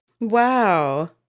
Wow